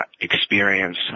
experience